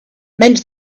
meant